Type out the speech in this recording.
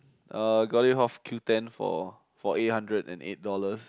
uh got it off Q ten for for eight hundred and eight dollars